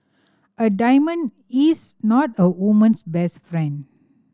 a diamond is not a woman's best friend